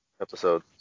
episode